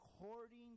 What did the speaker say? According